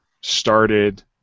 started